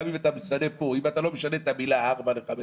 אם אתה משנה את המילה "ארבע" ל"חמש"